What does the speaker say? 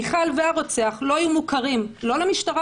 מיכל והרוצח לא היו מוכרים לא למשטרה